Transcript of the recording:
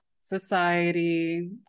society